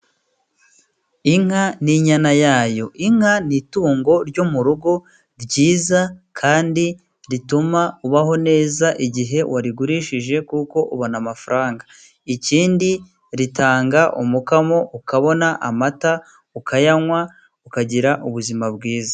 Inka n'inyana yayo, inka ni itungo ryo mu rugo ryiza kandi rituma ubaho neza igihe warigurishije, kuko ubona amafaranga ikindi ritanga umukamo ukabona amata ukayanywa ukagira ubuzima bwiza.